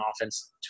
offense